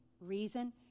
reason